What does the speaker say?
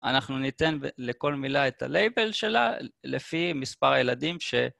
אנחנו ניתן לכל מילה את ה-label שלה לפי מספר הילדים ש...